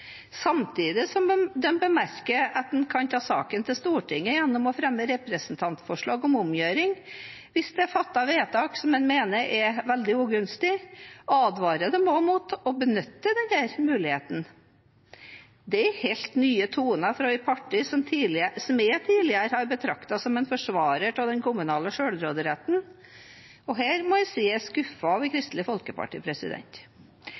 Samtidig som de bemerker at man kan ta saken til Stortinget gjennom å fremme representantforslag om omgjøring hvis det er fattet vedtak som man mener er veldig ugunstig, advarer de også mot å benytte den muligheten. Det er helt nye toner fra et parti som jeg tidligere har betraktet som en forsvarer av den kommunale selvråderetten. Her må jeg si at jeg er skuffet over Kristelig Folkeparti. Senterpartiet vil ikke svekke den kommunale selvråderetten. Statlig overkjøring av